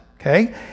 Okay